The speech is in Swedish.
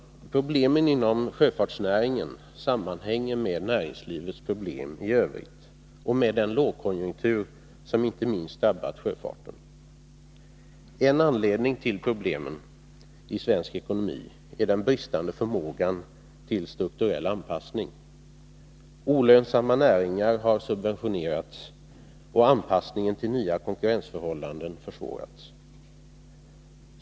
Problemen inom sjöfartsnäringen sammanhänger med näringslivets problem i övrigt och med den lågkonjunktur, som inte minst har drabbat sjöfarten. En anledning till problemen i svensk ekonomi är den bristande förmågan till strukturell anpassning. Olönsamma näringar har subventionerats och anpassningen till nya konkurrensförhållanden försvårats.